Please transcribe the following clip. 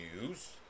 news